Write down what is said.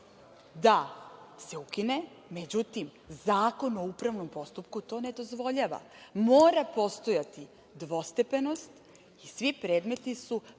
da se ukine, međutim Zakon o upravnom postupku to ne dozvoljava. Mora postojati dvostepenost i svi predmeti su